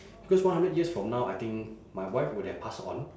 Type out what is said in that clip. because one hundred years from now I think my wife would have passed on